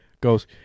goes